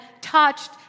touched